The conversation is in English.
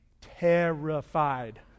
terrified